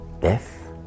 death